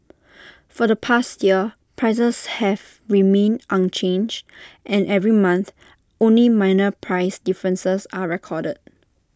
for the past year prices have remained unchanged and every month only minor price differences are recorded